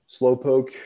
Slowpoke